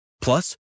Plus